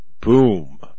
boom